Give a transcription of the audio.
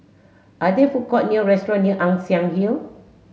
are there food courts near restaurants Ann Siang Hill